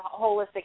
holistic